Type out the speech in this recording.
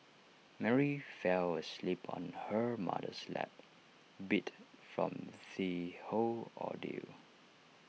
Mary fell asleep on her mother's lap beat from the whole ordeal